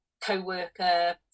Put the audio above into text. co-worker